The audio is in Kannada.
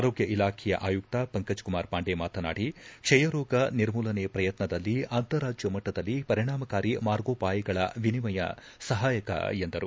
ಆರೋಗ್ಯ ಇಲಾಖೆಯ ಆಯುಕ್ತ ಪಂಕಜ್ಕುಮಾರ್ ಪಾಂಡೆ ಮಾತನಾಡಿ ಕ್ಷಯರೋಗ ನಿರ್ಮೂಲನೆ ಪ್ರಯತ್ನದಲ್ಲಿ ಅಂತಾರಾಜ್ಯ ಮಟ್ಟದಲ್ಲಿ ಪರಿಣಾಮಕಾರಿ ಮಾರ್ಗೋಪಾಯಗಳ ವಿನಿಯಮ ಸಹಾಯಕ ಎಂದರು